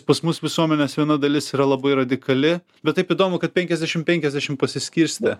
pas mus visuomenės viena dalis yra labai radikali bet taip įdomu kad penkiasdešim penkiasdešim pasiskirstę